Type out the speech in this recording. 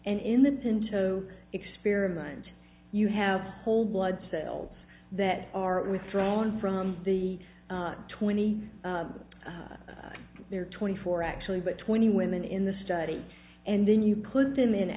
and in the pinto experiment you have whole blood cells that are withdrawn from the twenty they're twenty four actually but twenty women in the study and then you put them in